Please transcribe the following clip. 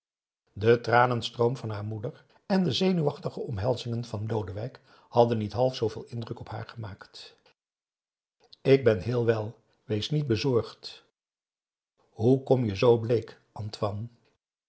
de tranenstroom van haar moeder en de zenuwachtige omhelzingen van lodewijk hadden niet half zooveel indruk op haar gemaakt ik ben heel wel weest niet bezorgd hoe kom je zoo bleek antoine